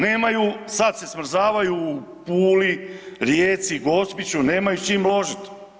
Nemaju, sad se smrzavaju u Puli, Rijeci, Gospiću nemaju s čim ložiti.